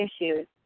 issues